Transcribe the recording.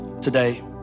today